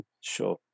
Sure